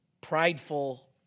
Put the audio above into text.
prideful